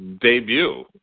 debut